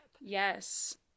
Yes